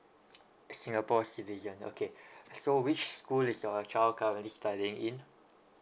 singapore citizen okay so which school is your child currently studying in